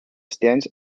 stands